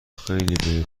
خیلی